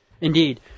Indeed